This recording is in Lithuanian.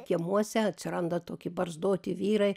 kiemuose atsiranda toki barzdoti vyrai